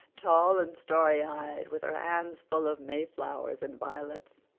tall and starry-eyed, with her hands full of mayflowers and violets.